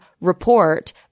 report